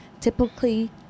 typically